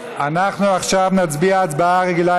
אנחנו עכשיו נצביע הצבעה רגילה,